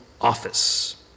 office